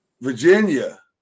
Virginia